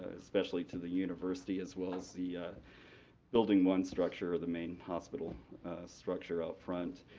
especially to the university, as well as the building one structure or the main hospital structure out front.